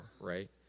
right